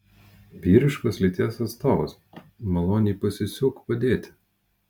vyriškos lyties atstovas maloniai pasisiūk padėti